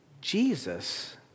Jesus